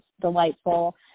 delightful